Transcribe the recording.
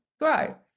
grow